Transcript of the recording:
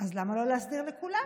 אז למה לא להסדיר לכולם?